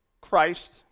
Christ